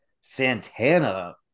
santana